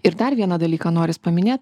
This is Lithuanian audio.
ir dar vieną dalyką noris paminėt